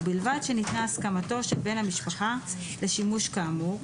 ובלבד שניתנה הסכמתו של בן המשפחה לשימוש כאמור,